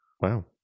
Wow